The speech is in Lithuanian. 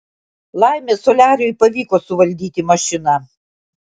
laimė soliariui pavyko suvaldyti mašiną